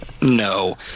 no